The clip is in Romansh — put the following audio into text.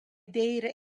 d’eira